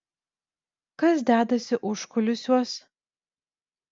kas dedasi užkulisiuos